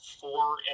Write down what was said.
four